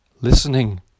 listening